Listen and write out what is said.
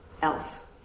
else